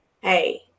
hey